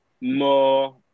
more